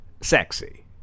sexy